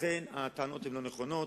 לכן הטענות הן לא נכונות,